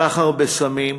סחר בסמים,